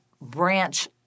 branch